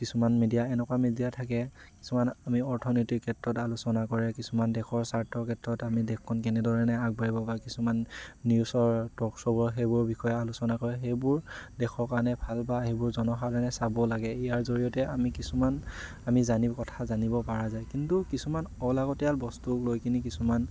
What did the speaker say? কিছুমান মিডিয়া এনেকুৱা মিডিয়া থাকে কিছুমান আমি অৰ্থনীতিৰ ক্ষেত্ৰত আলোচনা কৰে কিছুমান দেশৰ স্বাৰ্থৰ ক্ষেত্ৰত আমি দেশখন কেনেধৰণে আগবাঢ়িব বা কিছুমান নিউজৰ টক শ্ব' সেইবোৰৰ বিষয়ে আলোচনা কৰে সেইবোৰ দেশৰ কাৰণে ভাল বা সেইবোৰ জনসাধাৰণে চাব লাগে ইয়াৰ জৰিয়তে আমি কিছুমান আমি জানিব কথা জানিব পাৰা যায় কিন্তু কিছুমান অলাগতিয়াল বস্তুক লৈ কিনি কিছুমান